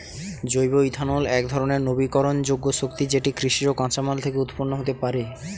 জৈব ইথানল একধরণের নবীকরণযোগ্য শক্তি যেটি কৃষিজ কাঁচামাল থেকে উৎপন্ন হতে পারে